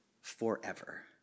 forever